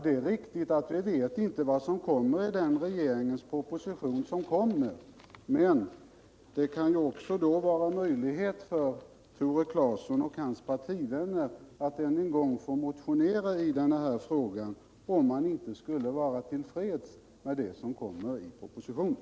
Det är riktigt att vi inte vet vad som kommer att stå I regeringens aviserade proposition, men det finns ju möjlighet för Tore Claeson och hans partivänner att än en gång motionera i denna fråga, om de inte skulle vara till freds med det som föreslås i propositionen.